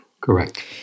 Correct